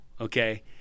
okay